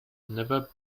never